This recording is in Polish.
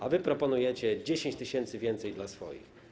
A wy proponujecie 10 tys. więcej dla swoich.